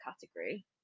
category